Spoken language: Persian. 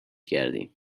کردیمش